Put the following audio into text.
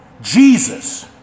Jesus